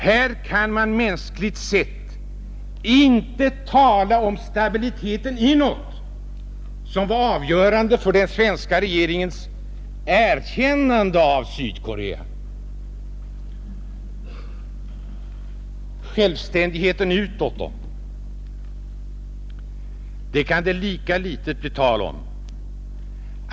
Här kan man mänskligt sett inte tala om stabilitet inåt, något som skulle vara avgörande vid den svenska regeringens erkännande av Sydkorea. Självständighet utåt då? Det kan det lika litet bli tal om.